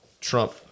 Trump